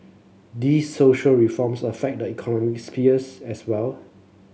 these social reforms affect the economic spheres as well